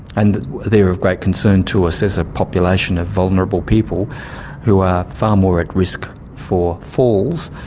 and they are of great concern to us as a population of vulnerable people who are far more at risk for falls,